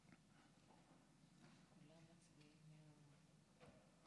סעיפים 1 3 התקבלו.